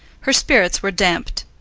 her spirits were damped.